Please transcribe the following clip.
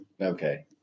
Okay